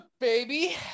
baby